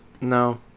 No